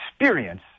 experience